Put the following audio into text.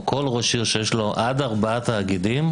או כל ראש עיר שיש לו עד ארבעה תאגידים,